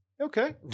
Okay